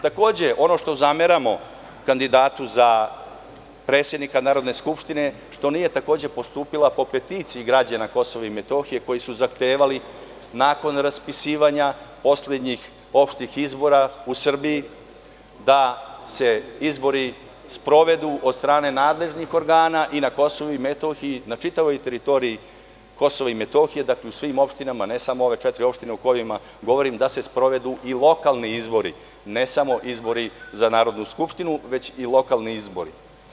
Takođe, ono što zameramo kandidatu za predsednika Narodne skupštine je što nije takođe postupila po peticiji građana Kosova i Metohije koji su zahtevali nakon raspisivanja poslednjih opštih izbora u Srbiji da se izbori sprovedu od strane nadležnih organa i na Kosovu i Metohiji, na čitavoj teritoriji Kosova i Metohije, dakle, u svim opštinama, ne samo u ove četiri opštine o kojima govorim, da se sprovedu i lokalni izbori, ne samo izbori za Narodnu skupštinu, već i lokalni izbori.